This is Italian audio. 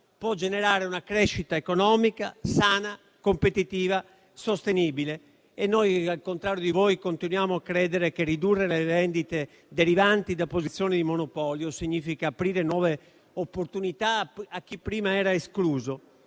possa generare una crescita economica sana, competitiva e sostenibile. Al contrario di voi, noi continuiamo a credere che ridurre le rendite derivanti da posizioni di monopolio significhi aprire nuove opportunità a chi prima era escluso,